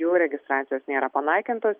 jų registracijos nėra panaikintos